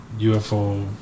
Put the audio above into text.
UFO